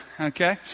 okay